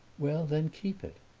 well then keep it.